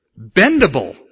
bendable